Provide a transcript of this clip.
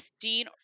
Dean